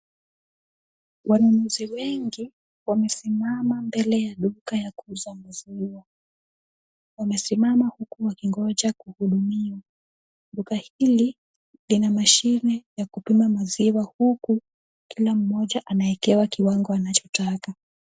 Wanunuzi wengi wamesimama mbele ya duka ya kuuza maziwa. Wamesimama huku wakingoja kuhudumiwa. Duka hili lina m,ashine ya kupima maziwa, huku kila mmoja anawekewa kiwango anachotaka.